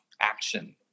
action